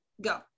Go